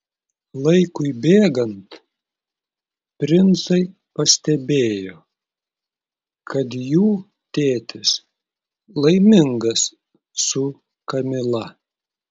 laikui bėgant princai pastebėjo kad jų tėtis laimingas su kamila